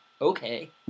okay